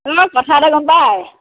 শুনক কথা এটা গম পায়